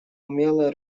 умелое